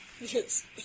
Yes